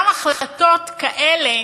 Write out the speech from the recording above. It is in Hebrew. גם החלטות כאלה,